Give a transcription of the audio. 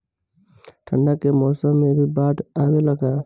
ठंडा के मौसम में भी बाढ़ आवेला का?